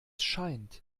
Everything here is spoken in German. scheint